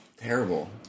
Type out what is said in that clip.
terrible